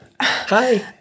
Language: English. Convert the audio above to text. hi